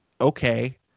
okay